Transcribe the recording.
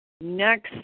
Next